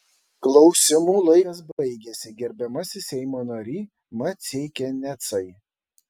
klausimų laikas baigėsi gerbiamasis seimo nary maceikianecai